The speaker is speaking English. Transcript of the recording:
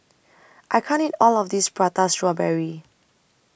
I can't eat All of This Prata Strawberry